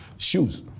shoes